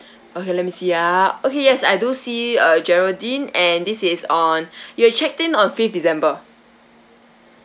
okay let me see ah okay yes I do see a geraldine and this is on you checked in on fifth december